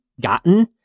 gotten